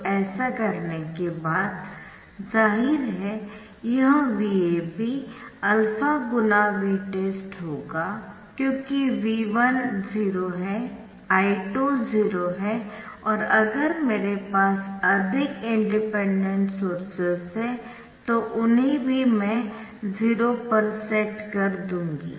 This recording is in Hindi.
तो ऐसा करने के बाद जाहिर है यह VAB α × Vtest होगा क्योंकि V1 0 है I2 0 है और अगर मेरे पास अधिक इंडिपेंडेंट सोर्सेस है तो मैं उन्हें भी 0 पर सेट कर दूंगी